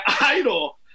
idol